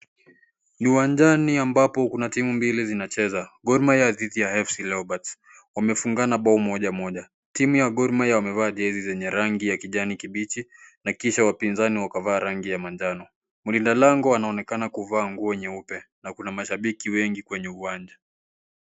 Ni uwanjani ambapo kuna timu mbili zinacheza, Gor Mahia dhidi ya Afc Leopards wamefungana bao moja moja, timu ya Gor Mahia wamevaa jezi zenye rangi ya kijani kibichi na kisha wapinzani wakavaa rangi ya manjano, mlinda lango anaonekana kuvaa nguo nyeupe na kuna mashabiki wengi kwenye uwanja.